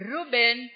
Ruben